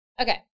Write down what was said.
Okay